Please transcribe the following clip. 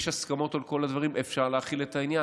יש הסכמות על כל הדברים, אפשר להחיל את העניין.